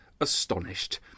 astonished